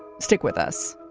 stick with us